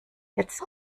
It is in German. jetzt